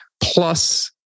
plus